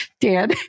Dan